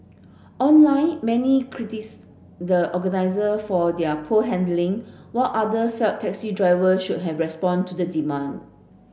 online many the organiser for their poor handling while other felt taxi driver should have responded to the demand